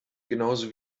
genauso